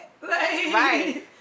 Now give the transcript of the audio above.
Right